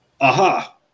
aha